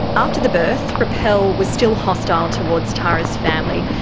after the birth, rappel was still hostile towards tara's family,